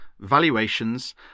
valuations